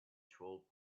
troll